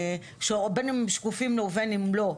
בין אם הם שקופים ובין אם הם לא,